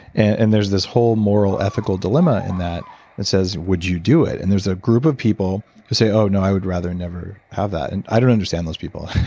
and there's this whole moral ethical dilemma in that that says, would you do it? and there's a group of people who say, oh no, i would rather never have that. and i don't understand those people.